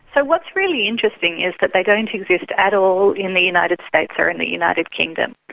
ah what's really interesting is that they don't exist at all in the united states or in the united kingdom,